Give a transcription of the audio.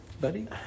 buddy